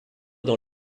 dans